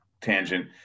tangent